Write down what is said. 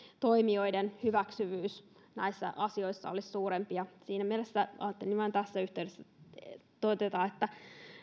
toimijoiden hyväksyvyys näissä asioissa olisi suurempi ja siinä mielessä ajattelin tässä yhteydessä vain todeta että